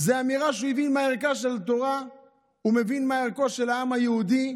אמירה שהוא הבין מהו ערכה של תורה ומבין מה ערכו של העם היהודי,